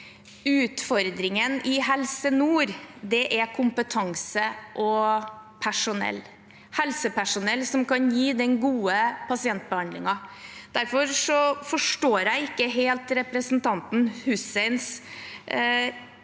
Utfordringen i Helse Nord er kompetanse og personell – helsepersonell som kan gi den gode pasientbehandlingen. Derfor forstår jeg ikke helt representanten Husseins